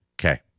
Okay